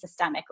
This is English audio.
systemically